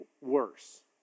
worse